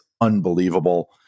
unbelievable